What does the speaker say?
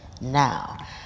now